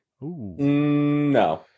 no